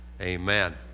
Amen